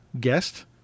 guest